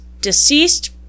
deceased